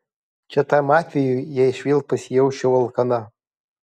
čia tam atvejui jei aš vėl pasijausčiau alkana